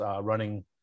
running